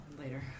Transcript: Later